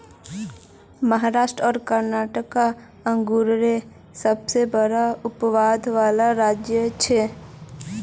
महाराष्ट्र आर कर्नाटक अन्गुरेर सबसे बड़ा उत्पादक वाला राज्य छे